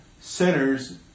sinners